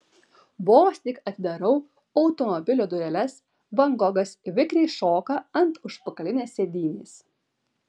vos tik atidarau automobilio dureles van gogas vikriai šoka ant užpakalinės sėdynės